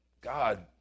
God